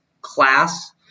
class